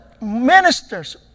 Ministers